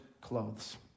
clothes